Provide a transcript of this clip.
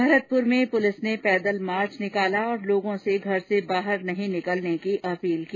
भरतपुर में पुलिस ने पैदल मार्च निकाला और लोगों से घर से बाहर नहीं निकलने की अपील की